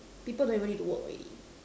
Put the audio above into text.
people don't even need to work already